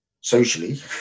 socially